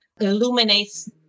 illuminates